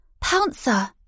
Pouncer